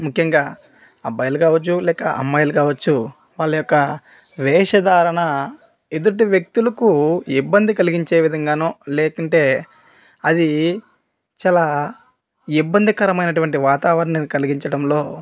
ముఖ్యంగా అబ్బాయిలు కావచ్చు లేక అమ్మాయిలు కావచ్చు వాళ్ళ యొక్క వేషధారణ ఎదుటి వ్యక్తులకు ఇబ్బంది కలిగించే విధంగా లేకుంటే అది చాలా ఇబ్బందికరమైనటువంటి వాతావరణం కలిగించడంలో